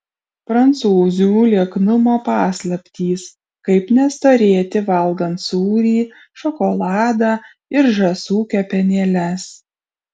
prancūzių lieknumo paslaptys kaip nestorėti valgant sūrį šokoladą ir žąsų kepenėles